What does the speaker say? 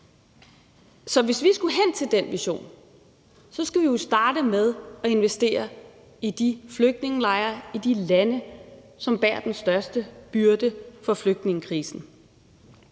Så hvis vi skulle til den vision, skal vi jo starte med at investere i flygtningelejre i de lande, som bærer den største byrde for flygtningekrisen.